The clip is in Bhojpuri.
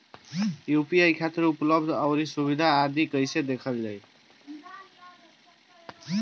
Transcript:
यू.पी.आई खातिर उपलब्ध आउर सुविधा आदि कइसे देखल जाइ?